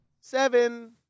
Seven